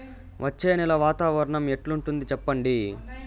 వచ్చే నెల వాతావరణం ఎట్లుంటుంది చెప్పండి?